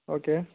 okay